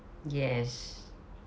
yes